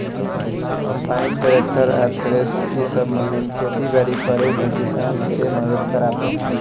combine, tractor आ thresher इ सब मशीन खेती बारी करे में किसान ढेरे मदद कराता